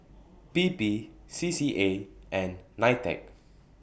P P C C A and NITEC